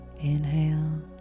inhale